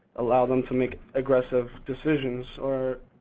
allow them to make aggressive decisions, or